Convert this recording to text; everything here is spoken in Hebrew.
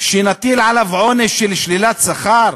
שנטיל עליו עונש של שלילת שכר?